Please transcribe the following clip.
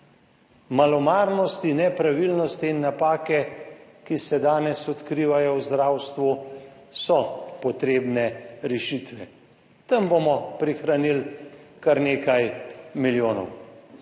Malomarnosti, nepravilnosti in napake, ki se danes odkrivajo v zdravstvu, so potrebne rešitve, tam bomo prihranili kar nekaj milijonov.